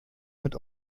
mit